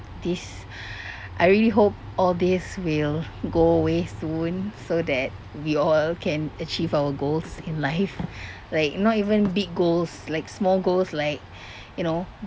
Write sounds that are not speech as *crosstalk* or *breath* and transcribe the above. this *breath* I really hope all this will go away soon so that we all can achieve our goals in life *laughs* *breath* like not even big goals like small goals like *breath* you know